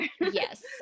Yes